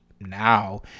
Now